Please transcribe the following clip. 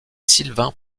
sylvain